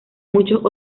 muchos